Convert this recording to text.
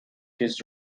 this